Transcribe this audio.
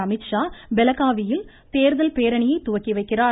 அமீத்ஷா பெலகாவியில் தேர்தல் பேரணியை துவக்கிவைக்கிறார்